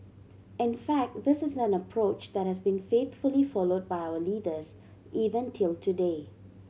in fact this is an approach that has been faithfully followed by our leaders even till today